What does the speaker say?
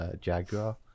Jaguar